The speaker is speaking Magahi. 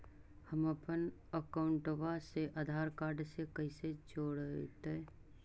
हमपन अकाउँटवा से आधार कार्ड से कइसे जोडैतै?